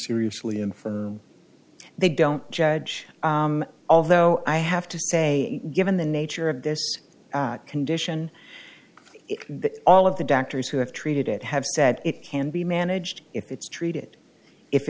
seriously and for they don't judge although i have to say given the nature of this condition that all of the doctors who have treated it have said it can be managed if it's treated if